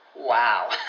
Wow